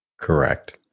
Correct